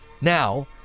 now